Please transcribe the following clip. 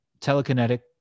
telekinetic